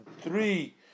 three